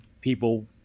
people